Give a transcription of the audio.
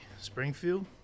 Springfield